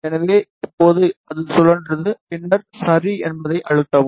எனவே இப்போது அது சுழன்றது பின்னர் சரி என்பதை அழுத்தவும்